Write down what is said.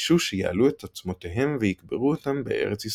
שביקשו שיעלו את עצמותיהם ויקברו אותם בארץ ישראל.